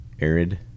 Arid